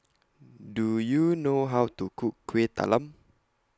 Do YOU know How to Cook Kuih Talam